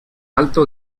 alto